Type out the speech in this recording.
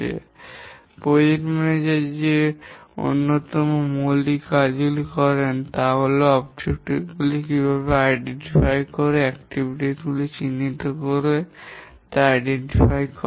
Refer Slide Time 1112 প্রকল্প manager যে অন্যতম মৌলিক কাজগুলি করেন তা হল উদ্দেশ্য গুলি কীভাবে চিহ্নিত করে কার্যক্রম গুলি চিহ্নিত করতে হয় তা চিহ্নিত করে